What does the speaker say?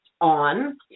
on